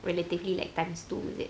relatively like times two is it